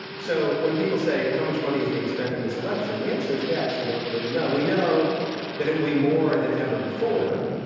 so when people say, how much money is being spent in this election? the answer is, we actually don't really know. we know that it will be more than ever before,